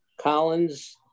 Collins